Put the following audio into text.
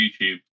YouTube